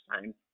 time